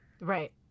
Right